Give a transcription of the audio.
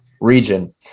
region